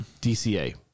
DCA